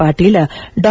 ಪಾಟೀಲ ಡಾ